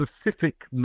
specific